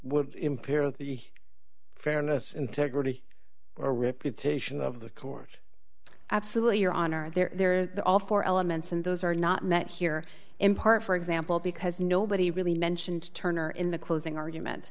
would impair the fairness integrity or repeat titian of the court absolutely your honor there are all four elements and those are not met here in part for example because nobody really mentioned turner in the closing argument